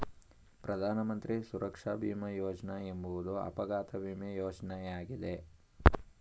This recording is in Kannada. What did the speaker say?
ಪ್ರಧಾನ ಮಂತ್ರಿ ಸುರಕ್ಷಾ ಭೀಮ ಯೋಜ್ನ ಎಂಬುವುದು ಅಪಘಾತ ವಿಮೆ ಯೋಜ್ನಯಾಗಿದೆ